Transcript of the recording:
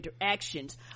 interactions